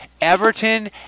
Everton